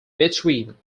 between